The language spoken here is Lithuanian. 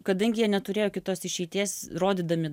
kadangi jie neturėjo kitos išeities rodydami